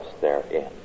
therein